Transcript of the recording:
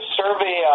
survey